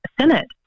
Senate